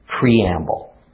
preamble